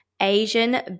Asian